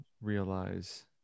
realize